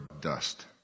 dust